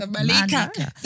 Malika